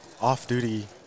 off-duty